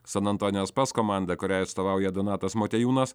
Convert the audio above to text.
san antonio spurs komanda kuriai atstovauja donatas motiejūnas